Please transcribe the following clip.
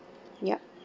yup